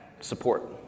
support